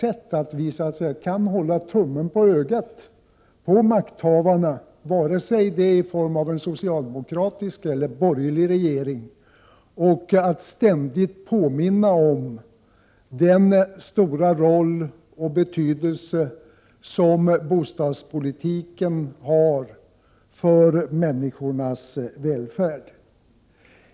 Vänsterpartiet kommunisterna vill alltså kunna hålla tummen på ögat på makthavarna, det må vara en socialdemokratisk eller en borgerliga regering, och ständigt påminna om den stora betydelse som bostadspolitiken har för människornas välfärd.